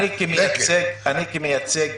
אני כמייצג